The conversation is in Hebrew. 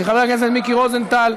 של חבר הכנסת מיקי רוזנטל.